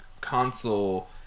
console